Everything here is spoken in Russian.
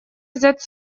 взять